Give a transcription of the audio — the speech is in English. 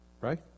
Right